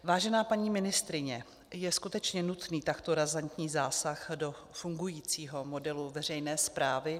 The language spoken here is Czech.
Vážená paní ministryně, je skutečně nutný takto razantní zásah do fungujícího modelu veřejné správy?